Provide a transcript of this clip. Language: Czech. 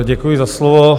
Děkuji za slovo.